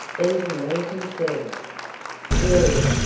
these american servants rawles,